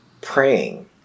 praying